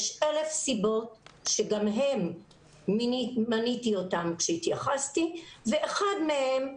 יש אלף סיבות שמניתי אותן כשהתייחסתי ואחת מהן,